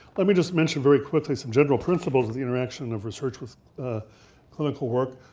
let me just mention very quickly some general principles of the interaction of research with clinical work.